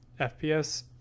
FPS